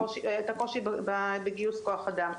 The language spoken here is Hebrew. את הקושי בגיוס כוח אדם.